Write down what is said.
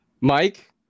Mike